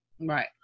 Right